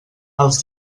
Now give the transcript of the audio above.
els